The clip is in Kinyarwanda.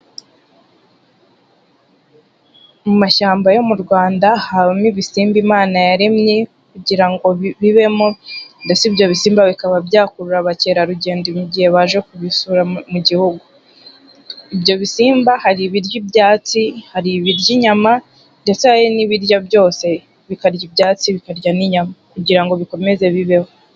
Mu mashyamba yo mu Rwanda, habamo ibisimba Imana yaremye, kugira bibemo, ndetse ibyo bisimba bikaba byakurura abakerarugendo mu gihe baje kubisura mu gihugu. Ibyo bisimba hari ibirya ibyatsi, hari ibirya inyama ndetse hari n'ibirya byose bikarya ibyatsi bikarya n'inyama kugirango bikomeze bibeho.